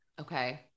Okay